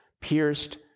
pierced